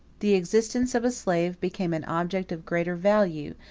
the existence of a slave became an object of greater value,